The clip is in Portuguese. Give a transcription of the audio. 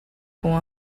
com